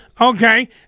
Okay